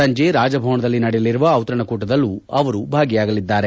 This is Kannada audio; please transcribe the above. ಸಂಜೆ ರಾಜಭವನದಲ್ಲಿ ನಡೆಯಲಿರುವ ಔತಣಕೂಟದಲ್ಲೂ ಅವರು ಭಾಗಿಯಾಗಲಿದ್ದಾರೆ